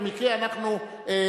במקרה אנחנו עקביים,